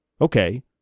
Okay